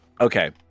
Okay